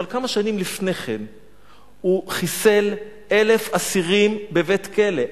אבל כמה שנים לפני כן הוא חיסל 1,000 אסירים בבית-כלא.